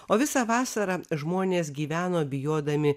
o visą vasarą žmonės gyveno bijodami